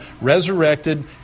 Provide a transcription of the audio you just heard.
resurrected